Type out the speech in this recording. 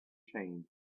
change